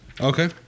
Okay